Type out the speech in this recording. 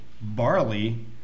barley